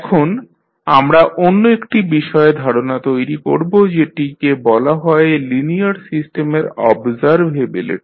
এখন আমরা অন্য একটি বিষয়ে ধারণা তৈরি করব যেটিকে বলা হয় লিনিয়ার সিস্টেমের অবজারভেবিলিটি